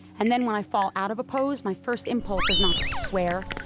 and then when i fall out of a pose, my first impulse is not to swear,